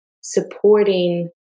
supporting